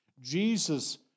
Jesus